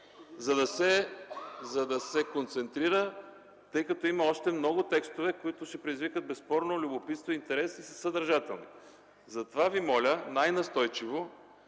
за да се концентрира, тъй като има много текстове, които ще предизвикат безспорно любопитство и интерес и са съдържателни. Затова най-настойчиво